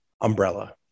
umbrella